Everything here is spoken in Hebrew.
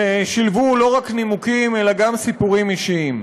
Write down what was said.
ששילבו לא רק נימוקים אלא גם סיפורים אישיים.